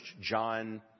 John